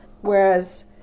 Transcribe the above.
whereas